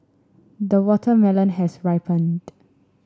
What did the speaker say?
the watermelon has ripened